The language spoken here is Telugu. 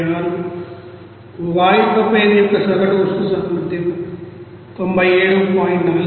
86 వాయు ప్రొపేన్ యొక్క సగటు ఉష్ణ సామర్థ్యం 97